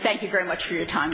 thank you very much for your time